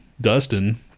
Dustin